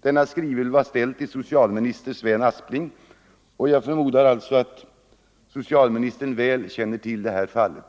Denna skrivelse var ställd till socialminister Sven Aspling, och jag förmodar alltså att socialministern väl känner till fallet.